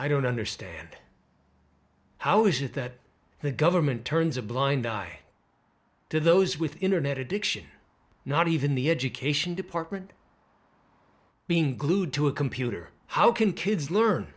i don't understand how is it that the government turns a blind eye to those with internet addiction not even the education department being glued to a computer how can kids learn